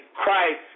Christ